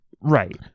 right